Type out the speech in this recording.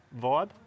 vibe